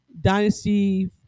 Dynasty